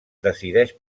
decideix